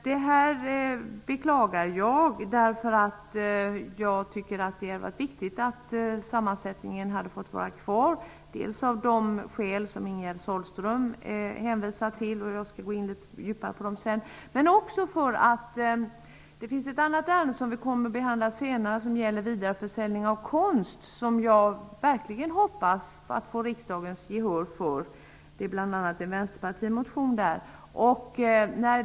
Jag beklagar detta, eftersom jag tycker att det är viktigt att behålla nuvarande sammansättning, dels av de skäl som Ingegerd Sahlström hänvisar till och som jag senare djupare skall gå in på, dels därför att jag verkligen hoppas få riksdagens gehör i ett annat ärende, som skall behandlas senare och som gäller vidareförsäljning av konst. I det ärendet finns bl.a. en Vänsterpartimotion.